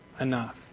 enough